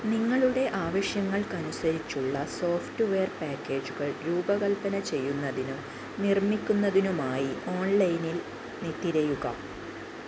നിങ്ങളുടെ ആവശ്യങ്ങൾക്കനുസരിച്ചുള്ള സോഫ്റ്റ്വെയർ പാക്കേജുകൾ രൂപകൽപ്പന ചെയ്യുന്നതിനും നിർമ്മിക്കുന്നതിനുമായി ഓൺലൈനിൽ നി തിരയുക